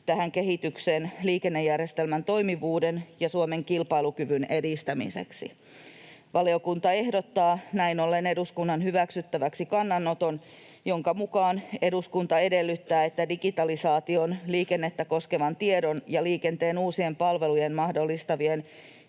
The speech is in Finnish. tähän kehitykseen liikennejärjestelmän toimivuuden ja Suomen kilpailukyvyn edistämiseksi. Valiokunta ehdottaa näin ollen eduskunnan hyväksyttäväksi kannanoton, jonka mukaan eduskunta edellyttää, että digitalisaation, liikennettä koskevan tiedon ja liikenteen uusien palvelujen mahdollistavien